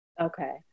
Okay